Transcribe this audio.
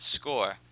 score